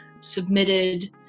submitted